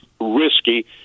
risky